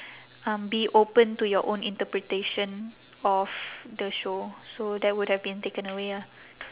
um be open to your own interpretation of the show so that would have been taken away ah